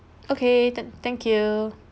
okay thank thank you